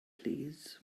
plîs